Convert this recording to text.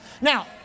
Now